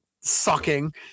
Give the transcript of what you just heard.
sucking